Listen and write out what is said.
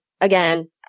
again